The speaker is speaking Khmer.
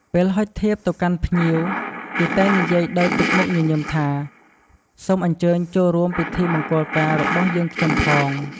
ពេលហុចធៀបទៅកាន់ភ្ញៀវ គេតែងនិយាយដោយទឹកមុខញញឹមថា សូមអញ្ចើញចូលរួមពិធីមង្គលការរបស់យើងខ្ញុំផង។